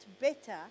better